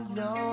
no